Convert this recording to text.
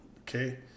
Okay